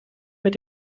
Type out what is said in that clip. mit